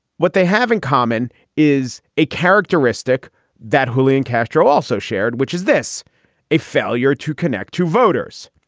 what they have in common is a characteristic that julian castro also shared, which is this a failure to connect to voters.